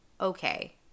okay